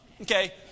okay